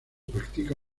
practica